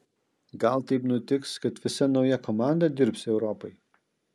gal taip nutiks kad visa nauja komanda dirbs europai